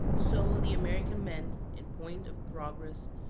so the american man, in point of progress,